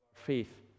faith